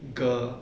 girl